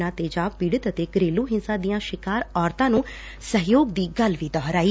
ਉਨ੍ਹਾਂ ਤੇਜ਼ਾਬ ਪੀੜਤ ਅਤੇ ਘਰੇਲੂ ਹਿੰਸਾ ਦੀਆਂ ਸ਼ਿਕਾਰ ਔਰਤਾਂ ਨੂੰ ਸਹਿਯੋਗ ਦੀ ਗੱਲ ਵੀ ਦੁਹਰਾਈ